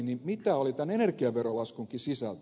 mikä oli tämän energiaverolaskunkin sisältö